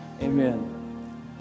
Amen